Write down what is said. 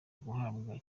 guhabwa